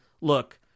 Look